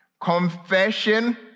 Confession